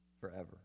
forever